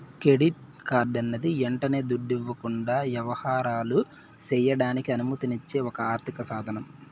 credit కార్డన్నది యంటనే దుడ్డివ్వకుండా యవహారాలు సెయ్యడానికి అనుమతిచ్చే ఒక ఆర్థిక సాదనం